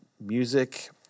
music